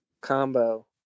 combo